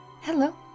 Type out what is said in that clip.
Hello